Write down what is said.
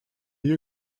you